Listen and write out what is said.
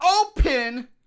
open